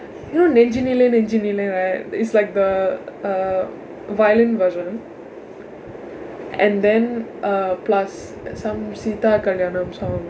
you know Nenjinile Nenjinile nenjsinilee right it's like the uh violent version and then uh plus some Seetha Kalyanam kalyaanam song